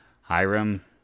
Hiram